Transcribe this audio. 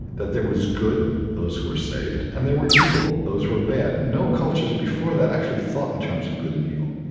that there was good those who were saved and there were evil, those who were bad. no cultures before that actually thought in terms of good and evil